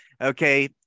Okay